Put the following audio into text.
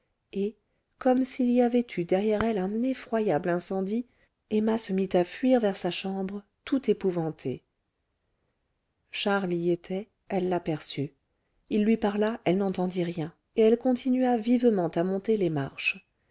et comme s'il y avait eu derrière elle un effroyable incendie emma se mit à fuir vers sa chambre tout épouvantée charles y était elle l'aperçut il lui parla elle n'entendit rien et elle continua vivement à monter les marches